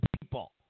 people